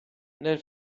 nel